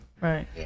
Right